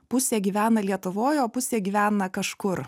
pusė gyvena lietuvoj o pusė gyvena kažkur